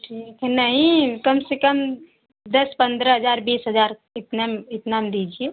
ठीक है नहीं कम से कम दस पन्द्रह हजार बीस हजार इतने में इतना में दीजिए